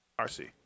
RC